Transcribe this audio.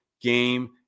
game